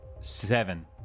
seven